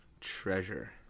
Treasure